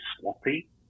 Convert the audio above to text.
sloppy